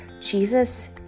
Jesus